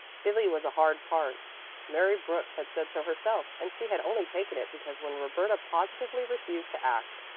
billy was a hard part mary brooks had said so herself, and she had only taken it because when roberta positively refused to act,